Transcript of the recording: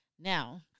Now